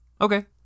okay